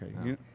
Okay